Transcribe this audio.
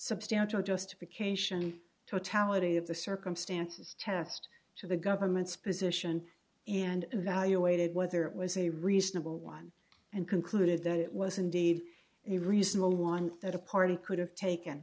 substantial justification totality of the circumstances test to the government's position and evaluated whether it was a reasonable one and concluded that it was indeed a reasonable one that a party could